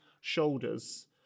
shoulders